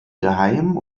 geheim